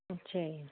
ਅੱਛਾ ਜੀ